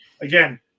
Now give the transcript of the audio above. Again